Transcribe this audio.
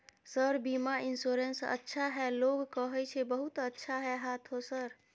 Sir बीमा insurance अच्छा है लोग कहै छै बहुत अच्छा है हाँथो सर?